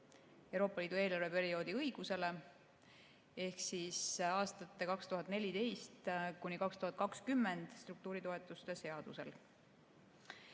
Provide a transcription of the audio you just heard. Euroopa Liidu eelarveperioodi õigusele ehk perioodi 2014–2020 struktuuritoetuse seadusele.